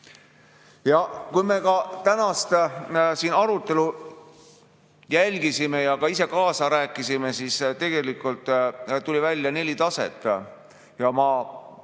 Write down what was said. Kui me ka tänast arutelu jälgisime ja ka ise kaasa rääkisime, siis tegelikult tuli välja neli taset. Ma